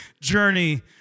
journey